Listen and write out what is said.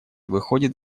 выходит